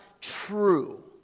true